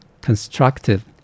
constructive